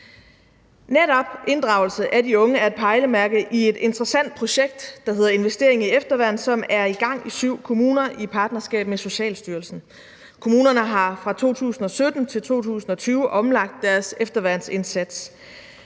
Netop inddragelse af de unge er et pejlemærke i et interessant projekt, der hedder »Investering i efterværn«, som er i gang i syv kommuner i partnerskab med Socialstyrelsen. Kommunerne har fra 2017 til 2020 omlagt deres efterværnsindsats.